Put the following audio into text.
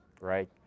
right